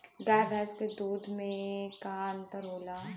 गाय भैंस के दूध में का अन्तर होला?